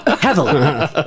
heavily